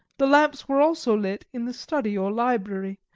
the lamps were also lit in the study or library,